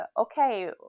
okay